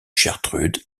gertrude